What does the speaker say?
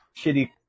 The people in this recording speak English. shitty